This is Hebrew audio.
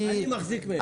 אני מחזיק מהם.